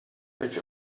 patch